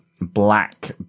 black